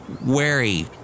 wary